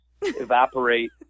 evaporate